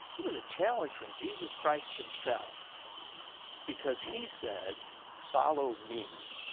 it was a challenge from jesus christ himself because he said follow me.